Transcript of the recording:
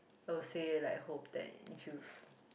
I would say like hope that youth